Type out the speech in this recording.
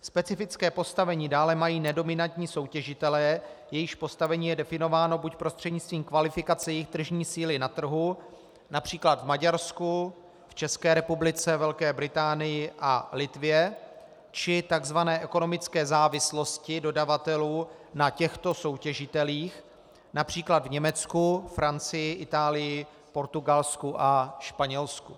Specifické postavení dále mají nedominantní soutěžitelé, jejichž postavení je definováno buď prostřednictvím kvalifikace jejich tržní síly na trhu, např. v Maďarsku, v České republice, Velké Británii a Litvě, či takzvané ekonomické závislosti dodavatelů na těchto soutěžitelích, např. v Německu, Francii, Itálii, Portugalsku a Španělsku.